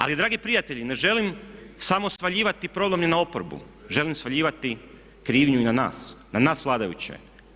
Ali dragi prijatelji ne želim samo svaljivati problem ni na oporbu, želim svaljivati krivnju i na nas, na nas vladajuće.